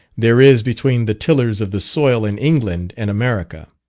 there is between the tillers of the soil in england and america.